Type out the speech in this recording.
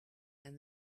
and